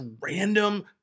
random